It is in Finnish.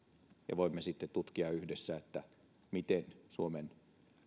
että voisimme sitten tutkia yhdessä miten suomen